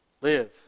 live